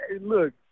Look